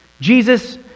Jesus